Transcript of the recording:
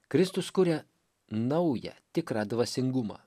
kristus kuria naują tikrą dvasingumą